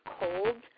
cold